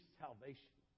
salvation